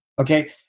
okay